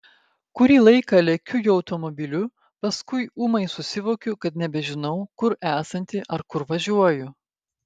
kurį laiką lekiu jo automobiliu paskui ūmai susivokiu kad nebežinau kur esanti ar kur važiuoju